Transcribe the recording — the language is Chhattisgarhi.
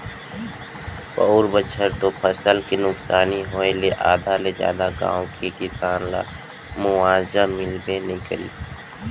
पउर बछर तो फसल के नुकसानी होय ले आधा ले जादा गाँव के किसान ल मुवावजा मिलबे नइ करिस